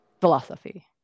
philosophy